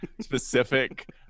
specific